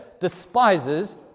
despises